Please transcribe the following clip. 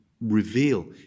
reveal